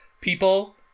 people